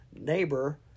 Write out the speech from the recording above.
Neighbor